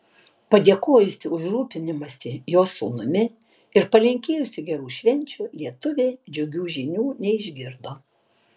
padėkojusi už rūpinimąsi jos sūnumi ir palinkėjusi gerų švenčių lietuvė džiugių žinių neišgirdo